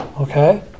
okay